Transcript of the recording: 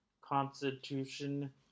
constitution